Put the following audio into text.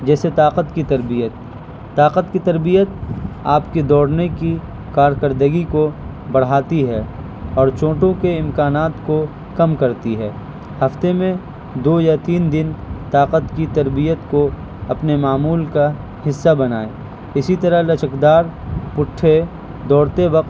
جیسے طاقت کی تربیت طاقت کی تربیت آپ کے دوڑنے کی کاردگی کو بڑھاتی ہے اور چوٹوں کے امکانات کو کم کرتی ہے ہفتہ میں دو یا تین دن طاقت کی تربیت کو اپنے معمول کا حصہ بنائیں اسی طرح لچکدار پٹھے دوڑتے وقت